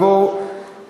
מבקש להוריד מסדר-היום.